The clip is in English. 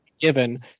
given